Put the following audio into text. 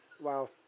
Wow